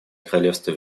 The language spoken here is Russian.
королевство